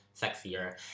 sexier